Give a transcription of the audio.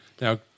Now